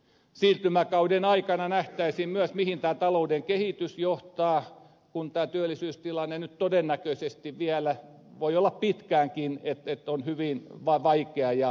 siirtymäkauden aikana nähtäisiin myös mihin tämä talouden kehitys johtaa kun tämä työllisyystilanne nyt todennäköisesti vielä voi olla pitkäänkin hyvin vaikea ja hankala